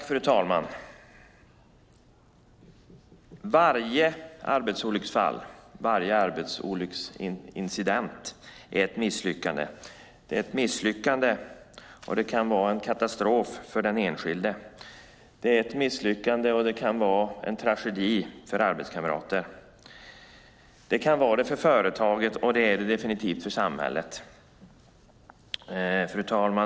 Fru talman! Varje arbetsolycksfall, varje arbetsolycksincident, är ett misslyckande. Det är ett misslyckande och det kan vara en katastrof för den enskilde. Det är ett misslyckande och det kan vara en tragedi för arbetskamrater. Det kan vara det för företaget, och det är det definitivt för samhället.